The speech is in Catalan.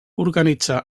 organitzar